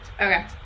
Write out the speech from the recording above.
Okay